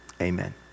Amen